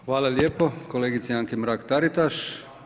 Hvala lijepo kolegici Anki Mrak-Taritaš.